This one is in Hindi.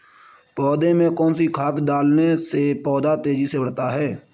पौधे में कौन सी खाद डालने से पौधा तेजी से बढ़ता है?